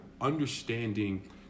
understanding